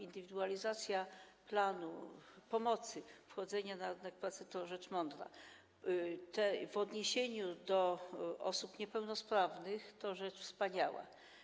Indywidualizacja planu pomocy wchodzenia na rynek pracy to rzecz mądra, w odniesieniu do osób niepełnosprawnych to rzecz wspaniała.